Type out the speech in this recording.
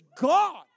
God